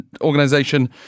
organization